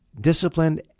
disciplined